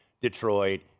Detroit